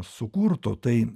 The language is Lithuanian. sukurtų tai